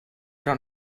però